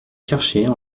cherchaient